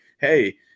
hey